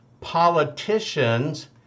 Politicians